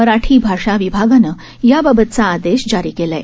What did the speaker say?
मराठी भाषा विभागानं याबाबतचा आदेश जारी केला आहे